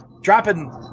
dropping